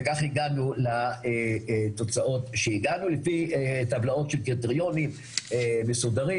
וכך הגענו לתוצאות שהגענו לפי טבלאות של קריטריונים מסודרים